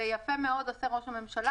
ויפה מאוד עושה ראש הממשלה,